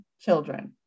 children